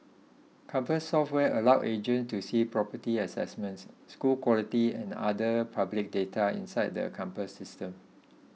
compass software allows agents to see property assessments school quality and other public data inside the Compass System